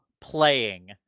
playing